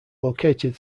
located